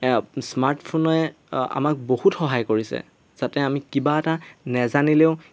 এয়া স্মাৰ্টফোনে আমাক বহুত সহায় কৰিছে যাতে আমি কিবা এটা নাজানিলেও